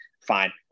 fine